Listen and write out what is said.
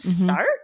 start